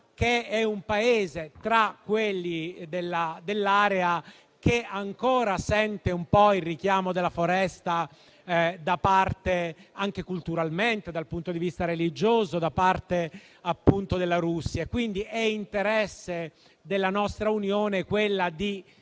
che è un Paese, tra quelli dell'area, che ancora sente un po' il richiamo della foresta, anche culturalmente e dal punto di vista religioso, da parte della Russia. È interesse, dunque, dell'Unione europea